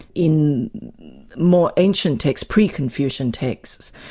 in more ancient texts, pre-confucian texts,